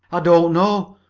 i don't know!